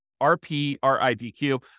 R-P-R-I-D-Q